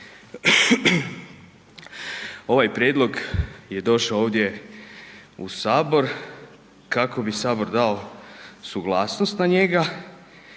Ovaj prijedlog je došao ovdje u Sabor kako bi Sabor dao suglasnost na njega,